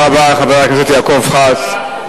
תודה רבה לחבר הכנסת יעקב כץ.